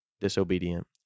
disobedient